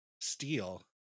steel